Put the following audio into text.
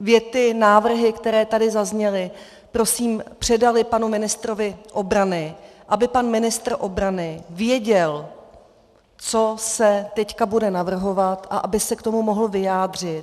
věty, návrhy, které tady zazněly, prosím, předaly panu ministrovi obrany, aby pan ministr obrany věděl, co se teď bude navrhovat, a aby se k tomu mohl vyjádřit.